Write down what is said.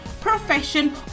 profession